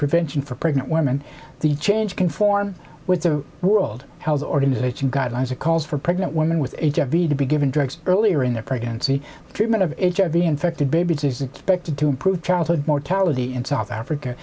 prevention for pregnant women the change conform with the world health organization guidelines that calls for pregnant women with be to be given drugs earlier in their pregnancy treatment of hiv infected babies is expected to improve childhood mortality in south africa